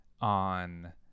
on